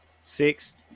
Six